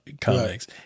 comics